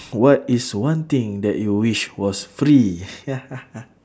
what is one thing that you wish was free